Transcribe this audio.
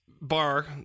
bar